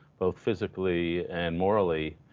both physically and morally,